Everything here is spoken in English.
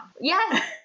Yes